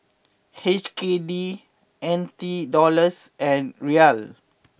H K D N T Dollars and Riel